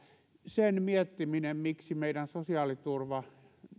sen miettiminen miksi meidän sosiaaliturva